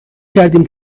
کردیم